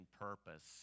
purpose